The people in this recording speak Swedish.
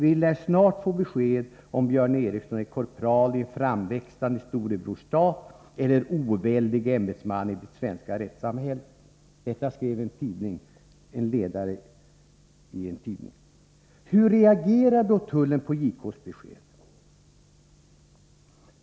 Vi lär snart få besked om Björn Eriksson är korpral i en framväxande Storebrors-stat eller oväldig ämbetsman i det svenska rättssamhället.” Detta skrev en tidning på ledarplats. Hur reagerar då tullen på JK:s besked?